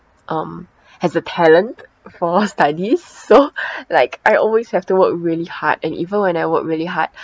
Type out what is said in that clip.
um has the talent for studies so like I always have to work really hard and even when I worked really hard